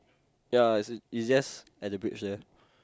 ya it's just at the bridge there